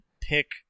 pick